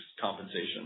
compensation